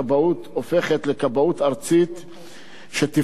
שתפעל במסגרת המשרד לביטחון פנים,